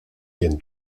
quien